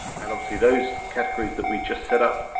and obviously those categories that we just set up,